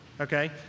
Okay